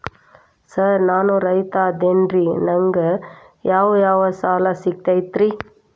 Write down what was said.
Sir ನಾನು ರೈತ ಅದೆನ್ರಿ ನನಗ ಯಾವ್ ಯಾವ್ ಸಾಲಾ ಸಿಗ್ತೈತ್ರಿ?